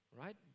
right